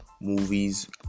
movies